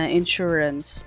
insurance